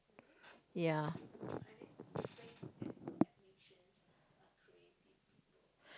yeah